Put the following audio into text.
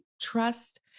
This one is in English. trust